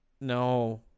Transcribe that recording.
No